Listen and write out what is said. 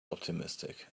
optimistic